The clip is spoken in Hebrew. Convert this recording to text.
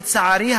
לצערי,